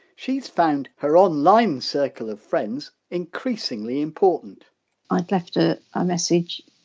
she's found her online circle of friends increasingly important i'd left a ah message,